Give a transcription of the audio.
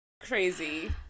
crazy